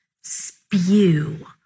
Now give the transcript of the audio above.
spew